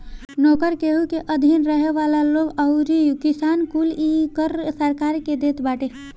नोकर, केहू के अधीन रहे वाला लोग अउरी किसान कुल इ कर सरकार के देत बाटे